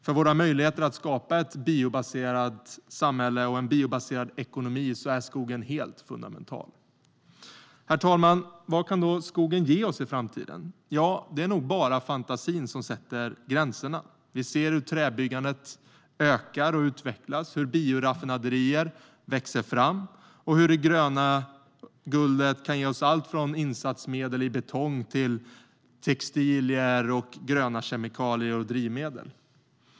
För våra möjligheter att skapa ett biobaserat samhälle och en biobaserad ekonomi är skogen helt fundamental. Herr talman! Vad kan då skogen ge oss i framtiden? Ja, det är nog bara fantasin som sätter gränserna. Vi ser hur träbyggandet ökar och utvecklas, hur bioraffinaderier växer fram och hur det gröna guldet kan ge oss allt från insatsmedel i betong till textilier, gröna kemikalier och drivmedel.